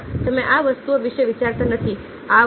ના તમે આ વસ્તુઓ વિશે વિચારતા નથી